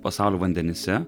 pasaulio vandenyse